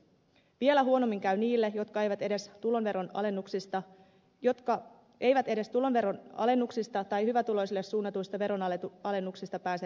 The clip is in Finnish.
vielä huonommin käy niille jotka eivät edes tuloveron alennuksista tai hyvätuloisille suunnatuista veronalennuksista pääse nauttimaan